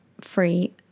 free